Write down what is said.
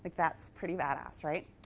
that's pretty badass, right?